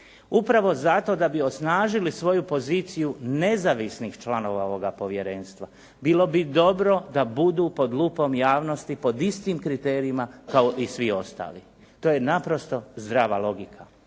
Upravo zato da bi osnažili svoju poziciju nezavisnih članova ovoga povjerenstva bilo bi dobro da budu pod lupom javnosti pod istim kriterijima kao i svi ostali. To je naprosto zdrava logika.